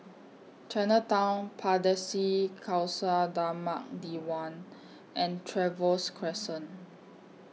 Chinatown Pardesi Khalsa Dharmak Diwan and Trevose Crescent